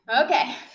Okay